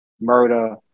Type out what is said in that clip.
murder